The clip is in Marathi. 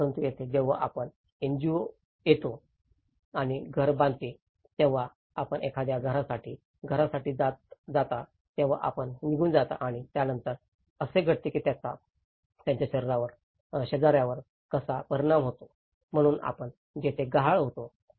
परंतु येथे जेव्हा आपण एनजीओ येतो आणि घर बांधते तेव्हा आपण एखाद्या घरासाठी घरासाठी जाता तेव्हा आपण निघून जाता आणि त्यानंतर असे घडते की याचा त्याचा शेजार्यावर कसा परिणाम होतो म्हणूनच आपण येथे गहाळ आहोत